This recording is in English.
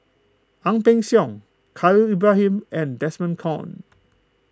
Ang Peng Siong Khalil Ibrahim and Desmond Kon